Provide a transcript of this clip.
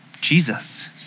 Jesus